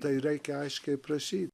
tai reikia aiškiai prašyt